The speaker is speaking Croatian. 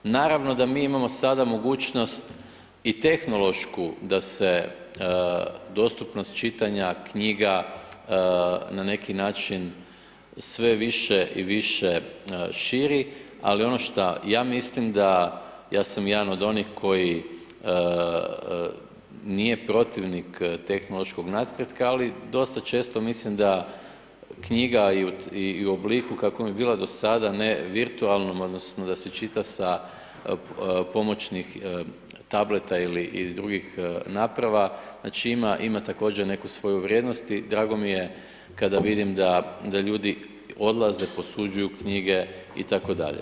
Naravno da mi imamo sada mogućnost i tehnološku da se dostupnost čitanja knjiga na neki način sve više i više širi, ali ono što ja mislim da, ja sam jedan od onih koji nije protivnik tehnološkog napretka, ali dosta često mislim da knjiga i u obliku u kakvom je bila do sada, ne virtualnom odnosno da se čita sa pomoćnih tableta ili drugih naprava, znači ima također ima neku svoju vrijednost i drago mi je, kada vidim da ljudi odlaze, posuđuju knjige itd.